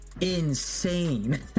insane